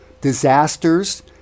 disasters